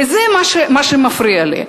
וזה מה שמפריע לי.